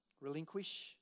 Relinquish